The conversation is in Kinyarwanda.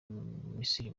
misiri